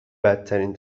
بدترین